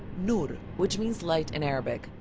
noor, which means light in arabic,